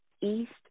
East